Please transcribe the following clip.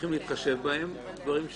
שצריכים להתחשב בהם, דברים שפחות,